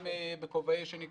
גם בכובעי השני,